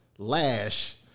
lash